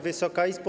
Wysoka Izbo!